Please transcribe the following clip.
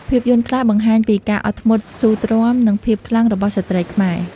ភាពយន្តខ្លះបង្ហាញពីការអត់ធ្មត់ស៊ូទ្រាំ និងភាពខ្លាំងរបស់ស្ត្រីខ្មែរ។